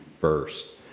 first